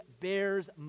bears